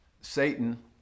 Satan